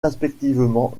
respectivement